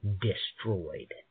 destroyed